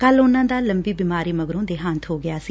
ਕੱਲ੍ਹ ਉਨੂਾਂ ਦਾ ਲੰਬੀ ਬਿਮਾਰੀ ਮਗਰੋ ਦੇਹਾਂਤ ਹੋ ਗਿਆ ਸੀ